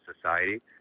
society